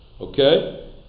Okay